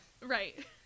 Right